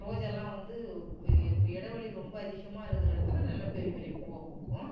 ரோஜாலாம் வந்து இடைவெளி ரொம்ப அதிகமாக இருக்கிற இடத்தில் நல்ல பெரிய பெரிய பூவாக பூக்கும்